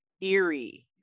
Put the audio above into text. eerie